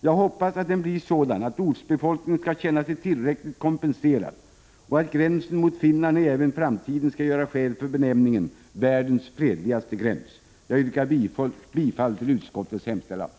Jag hoppas att den blir sådan, att ortsbefolkningen skall känna sig tillräckligt kompenserad och att gränsen mot Finland även i framtiden kan göra skäl för benämningen ”världens fredligaste gräns”. Jag yrkar bifall till utskottets hemställan.